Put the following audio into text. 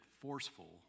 forceful